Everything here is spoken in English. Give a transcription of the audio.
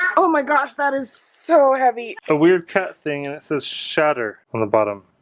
oh my gosh, that is so heavy a weird cat thing and it says shatter on the bottom